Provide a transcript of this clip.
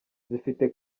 zifite